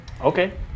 okay